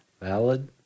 valid